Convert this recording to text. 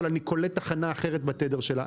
אבל אני קולט תחנה אחרת בתדר שלה.